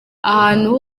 ahantu